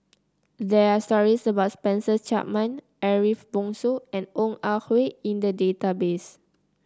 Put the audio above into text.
there are stories about Spencer Chapman Ariff Bongso and Ong Ah Hoi in the database